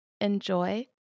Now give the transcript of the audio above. Enjoy